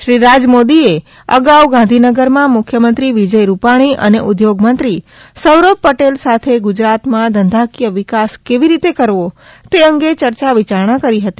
શ્રી રાજ મોદીએ અગાઉ ગાંધીનગરમાં મુખ્યમંત્રી વિજય રૂપાણી અને ઉદ્યોગ મંત્રી સૌરભ પટેલ સાતે ગુજરાતમાં ધંધાકીય વિકાસ કેવી રીતે કરવો તે અંગે ચર્ચા વિચારણા કરી હતી